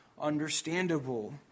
understandable